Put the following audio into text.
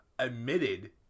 admitted